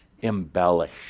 Embellish